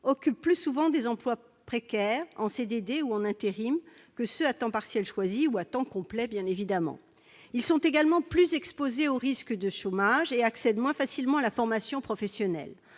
occupent plus souvent des emplois précaires, en CDD ou en intérim, que ceux à temps partiel choisi ou à temps complet. Ils sont également plus exposés au risque de chômage et accèdent moins facilement à la formation professionnelle.